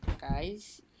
guys